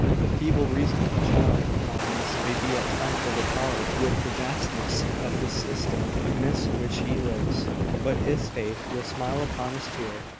the feeble reason of the child of providence may be at times overpowered with the vastness of the system amidst which he lives but his faith will smile upon his fear,